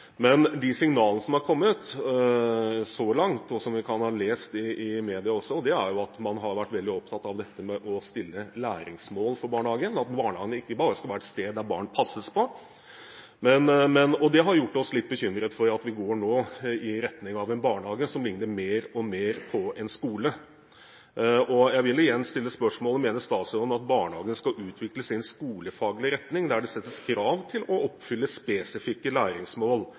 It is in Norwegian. Men de signalene som har kommet så langt, og som vi kan ha lest om i media også, er at man er veldig opptatt av det å stille læringsmål for barnehagen, at barnehagen ikke bare skal være et sted der barn passes på. Det har gjort oss litt bekymret for at vi nå går i retning av at barnehagen likner mer og mer på en skole. Jeg vil igjen stille spørsmålet: Mener statsråden at barnehagen skal utvikles i skolefaglig retning, der det settes krav til å oppfylle spesifikke læringsmål,